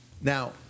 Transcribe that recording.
Now